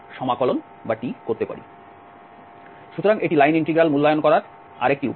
সুতরাং এটি line integral মূল্যায়ন করার আরেকটি উপায়